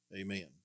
amen